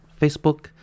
Facebook